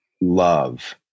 love